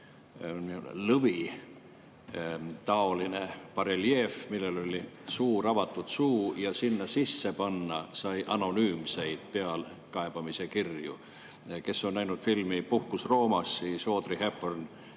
lõvitaoline bareljeef, millel oli suur avatud suu, ja sinna sisse sai panna anonüümseid pealekaebamise kirju. Kes on näinud filmi "Puhkus Roomas", see teab, et Audrey Hepburn